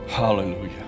Hallelujah